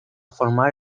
formar